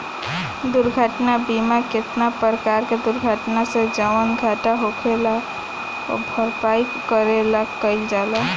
दुर्घटना बीमा केतना परकार के दुर्घटना से जवन घाटा होखेल ओकरे भरपाई करे ला कइल जाला